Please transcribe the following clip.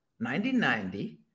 1990